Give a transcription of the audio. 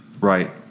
Right